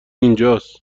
اینجاست